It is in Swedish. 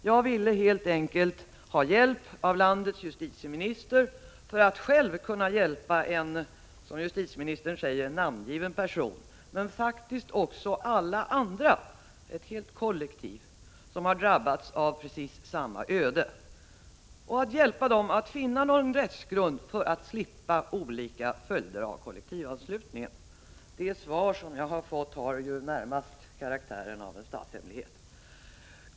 Jag ville helt enkelt ha hjälp av landets justitieminister för att själv kunna hjälpa en, som justitieministern säger, namngiven person men faktiskt också alla andra — ett helt kollektiv som drabbats av precis samma öde — att finna någon rättsgrund för att slippa olika följder av kollektivanslutning. Det svar som jag fått har närmast karaktären av en statshemlighet.